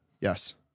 Yes